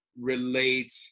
relate